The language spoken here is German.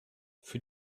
für